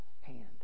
hand